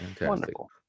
Wonderful